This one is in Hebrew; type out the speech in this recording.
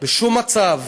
בשום מצב